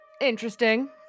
interesting